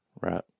Right